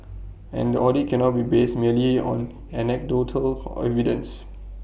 and the audit cannot be based merely on anecdotal evidence